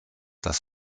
das